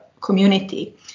community